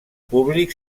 públic